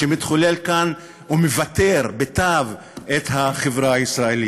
שמתחולל כאן ומבתר את החברה הישראלית?